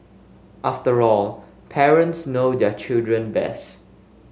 after all parents know their children best